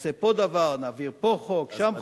נעשה פה דבר, נעביר פה חוק, שם חוק.